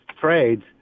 trades